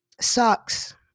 sucks